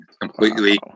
Completely